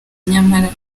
nyamara